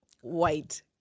white